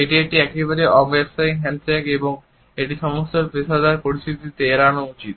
এটি একটি একেবারেই অব্যবসায়ী হ্যান্ডশেক এবং এটি সমস্ত পেশাদার পরিস্থিতিতে এড়ানো উচিত